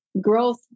growth